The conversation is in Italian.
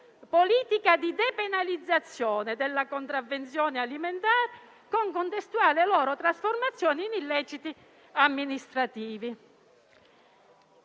di depenalizzazione della contravvenzione alimentare, con contestuale sua trasformazione in illecito amministrativo.